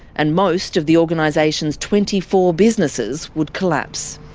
and most of the organisations twenty four businesses would collapse.